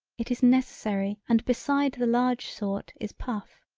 it is necessary and beside the large sort is puff.